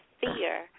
fear